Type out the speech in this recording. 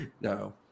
No